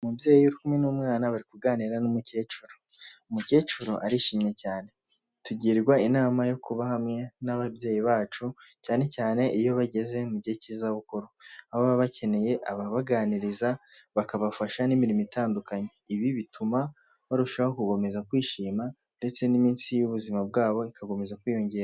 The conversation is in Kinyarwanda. Umubyeyi uri kumwe n'umwana bari kuganira n'umukecuru, umukecuru arishimye cyane, tugirwa inama yo kuba hamwe n'ababyeyi bacu cyane cyane iyo bageze mugihe cy'izabukuru, aho baba bakeneye ababaganiriza bakabafasha n'imirimo itandukanye, ibi bituma barushaho gukomeza kwishima ndetse n'iminsi y'ubuzima bwabo igakomeza kwiyongera.